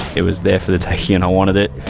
it was there for the taking and i wanted it.